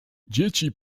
dzieci